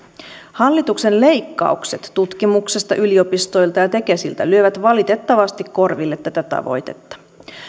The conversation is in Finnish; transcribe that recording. hallituksen leikkaukset tutkimuksesta yliopistoilta ja tekesiltä lyövät valitettavasti korville tätä tavoitetta